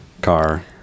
car